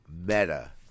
meta